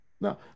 Now